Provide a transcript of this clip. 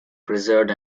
preserved